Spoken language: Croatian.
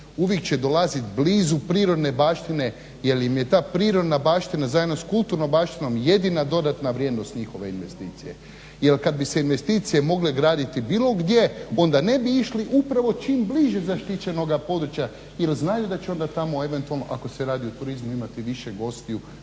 uvijek će dolaziti blizu prirodne baštine jel im je ta prirodna baština zajedno s kulturnom baštinom jedina dodatna vrijednost njihove investicije. Jel kad bi se investicije mogle graditi bilo gdje onda ne bi išli upravo čim bliže zaštićenoga područja jer znaju da će onda tamo eventualno ako se radi o turizmu imati više gostiju,